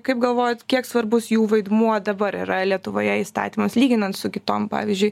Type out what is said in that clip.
kaip galvojat kiek svarbus jų vaidmuo dabar yra lietuvoje įstatymas lyginant su kitom pavyzdžiui